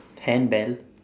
handbell